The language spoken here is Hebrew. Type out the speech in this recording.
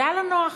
זה היה לה נוח.